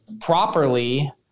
properly